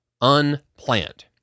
unplanned